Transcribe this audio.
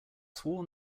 sworn